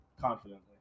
confidently